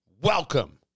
Welcome